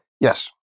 Yes